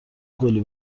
گلی